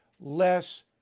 less